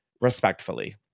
respectfully